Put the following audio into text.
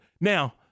Now